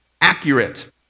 accurate